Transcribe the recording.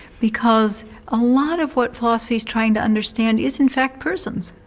because a lot of what philosophy is trying to understand is in fact persons.